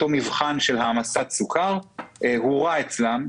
אותו מבחן של העמסת סוכר הורע אצלם.